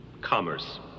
Commerce